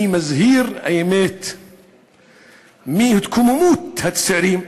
אני מזהיר באמת מהתקוממות הצעירים,